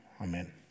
Amen